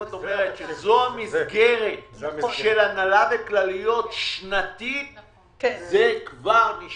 אם את אומרת שזו המסגרת של הנהלה וכלליות שנתית זה כבר נשמע אחרת.